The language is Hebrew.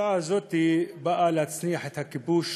ההצעה הזאת באה להנציח את הכיבוש,